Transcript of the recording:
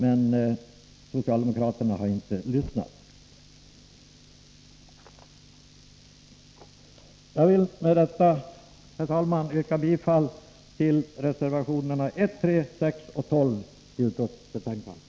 Men socialdemokraterna har inte lyssnat. Jag vill med detta, herr talman, yrka bifall till reservationerna 1,3, 6 och 12 i utskottets betänkande.